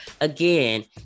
Again